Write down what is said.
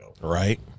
Right